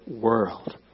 world